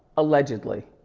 allegedly.